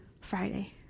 Friday